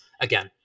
again